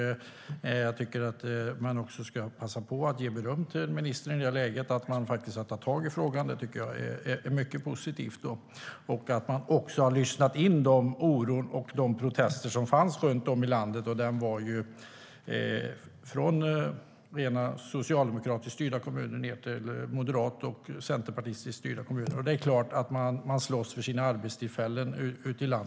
Jag vill passa på att ge ministern beröm för att han har tagit tag i frågan. Det är mycket positivt. Regeringen har också lyssnat på den oro och de protester som fanns runt om i landet. De kom från rent socialdemokratiskt styrda kommuner ned till moderat och centerpartistiskt styrda kommuner. Det är klart att kommunerna ute i landet slåss för sina arbetstillfällen.